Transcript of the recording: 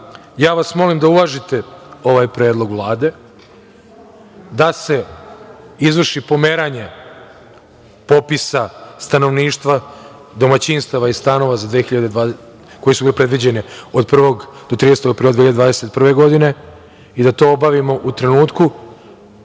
vas molim da uvažite ovaj predlog Vlade da se izvrši pomeranje popisa stanovništva, domaćinstava i stanova koji su predviđene od 1. do 31. aprila 2021. godine i da to obavimo u trenutku